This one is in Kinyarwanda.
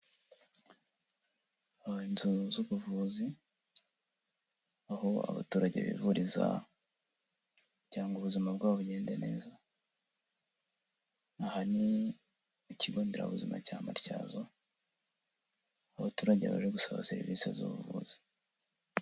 Aha hari inzu z'ubuvuzi aho abaturage bivuriza cyangwa ubuzima bwabo bugenda neza, aha ni ku kigo nderabuzima cya Matyazo aho abaturage bari gusaba serivisi z'ubuvuzi.